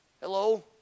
Hello